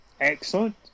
excellent